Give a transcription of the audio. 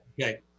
Okay